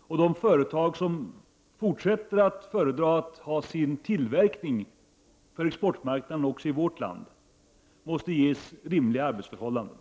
och de företag som fortsätter att föredra att ha sin tillverkning för exportmarknaden i vårt land måste ges rimliga arbetsförhållanden.